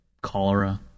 cholera